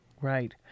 Right